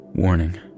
Warning